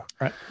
Right